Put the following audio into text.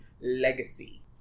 legacy